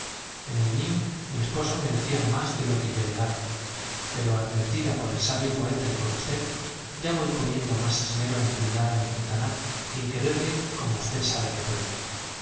en el mío mi esposo merecía más de lo que yo le daba pero advertida por el sabio poeta y por usted ya voy poniendo más esmero en cuidar a mi quintanar y en quererle como usted sabe que puedo